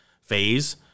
phase